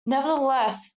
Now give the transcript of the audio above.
nevertheless